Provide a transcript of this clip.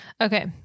Okay